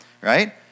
right